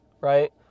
right